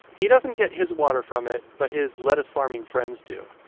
he doesn't get his water from it, but his lettuce-farming friends do.